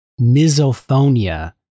misophonia